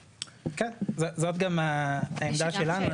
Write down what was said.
כן, זאת גם העמדה שלנו.